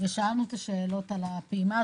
ושאלנו את השאלות על הפעימה.